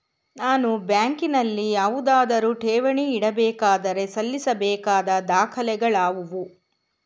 ನಾನು ಬ್ಯಾಂಕಿನಲ್ಲಿ ಯಾವುದಾದರು ಠೇವಣಿ ಇಡಬೇಕಾದರೆ ಸಲ್ಲಿಸಬೇಕಾದ ದಾಖಲೆಗಳಾವವು?